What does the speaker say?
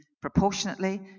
proportionately